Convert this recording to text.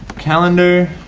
calendar,